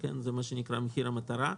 זה מה שנקרא מחיר מטרה.